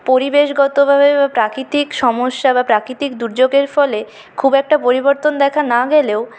পরিবেশগতভাবে বা প্রাকৃতিক সমস্যা বা প্রাকৃতিক দুর্যোগের ফলে খুব একটা পরিবর্তন দেখা না গেলেও